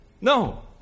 No